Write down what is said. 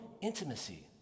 intimacy